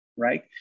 Right